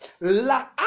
la